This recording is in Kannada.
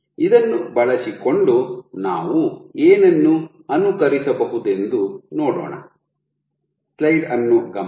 ಇದನ್ನು ಬಳಸಿಕೊಂಡು ನಾವು ಏನನ್ನು ಅನುಕರಿಸಬಹುದೆಂದು ನೋಡೋಣ